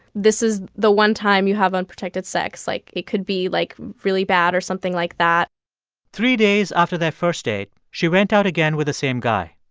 this is the one time you have unprotected unprotected sex. like, it could be, like, really bad or something like that three days after their first date, she went out again with the same guy.